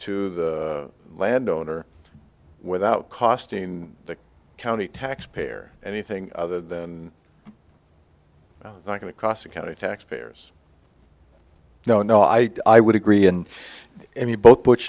to the landowner without costing the county taxpayer anything other than not going to costa county taxpayers no no i i would agree in any both bu